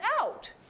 out